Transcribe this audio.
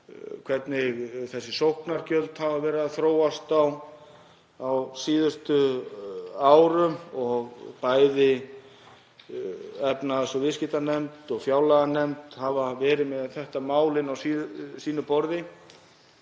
hvernig sóknargjöld hafa verið að þróast á síðustu árum. Bæði efnahags- og viðskiptanefnd og fjárlaganefnd hafa verið með þetta mál á sínum borðum